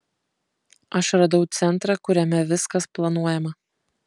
aš radau centrą kuriame viskas planuojama